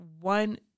one